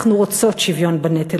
אנחנו רוצות שוויון בנטל,